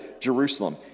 Jerusalem